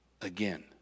again